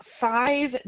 five